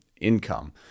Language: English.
income